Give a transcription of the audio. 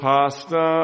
Pasta